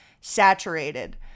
saturated